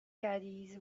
caddies